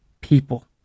people